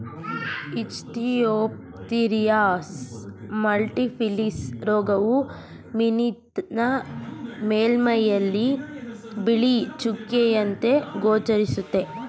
Ichthyophthirius multifiliis ರೋಗವು ಮೀನಿನ ಮೇಲ್ಮೈಯಲ್ಲಿ ಬಿಳಿ ಚುಕ್ಕೆಯಂತೆ ಗೋಚರಿಸುತ್ತೆ